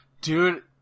Dude